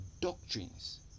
doctrines